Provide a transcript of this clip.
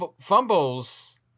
Fumbles